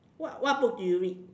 what what books do you read